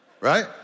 right